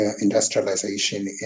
industrialization